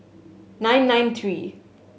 nine nine three